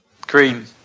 Green